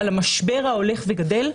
על המשבר ההולך וגדל.